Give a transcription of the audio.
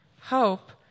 hope